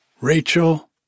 Rachel